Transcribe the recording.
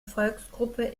volksgruppe